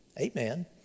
Amen